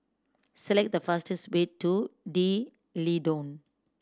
select the fastest way to D'Leedon